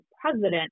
president